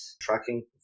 tracking